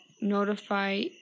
notify